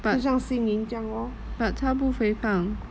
就像 xin yi 这样 lor